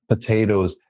potatoes